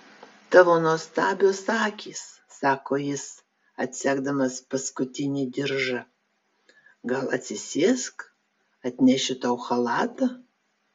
tavo nuostabios akys sako jis atsegdamas paskutinį diržą gal atsisėsk atnešiu tau chalatą